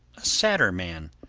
a sadder man,